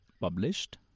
published